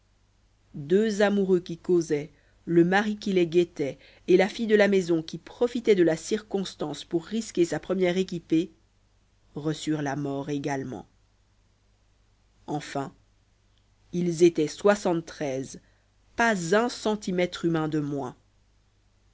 deux amoureux qui causaient le mari qui les guettait et la fille de la maison qui profitait de la circonstance pour risquer sa première équipée reçurent la mort également enfin ils étaient soixante-treize pas un centimètre humain de moins